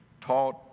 taught